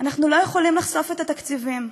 אנחנו לא יכולים לחשוף את התקציבים.